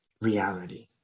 reality